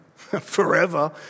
forever